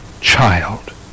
child